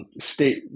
state